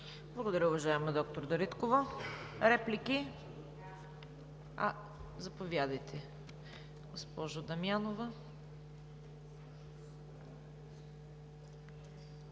Благодаря, уважаема доктор Дариктова. Реплики? Заповядайте, госпожо Дамянова.